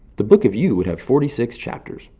the book of you would have forty six chapters,